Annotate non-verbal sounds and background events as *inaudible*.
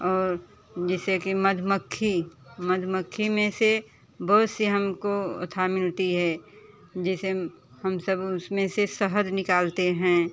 और जिसे कि मधुमक्खी मधुमक्खी में से बहुत सी हमको *unintelligible* मिलती है जिसे हम सब उसमें से शहद निकालते हैं